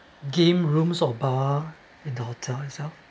a game rooms or bar